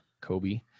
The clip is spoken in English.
Kobe